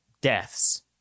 deaths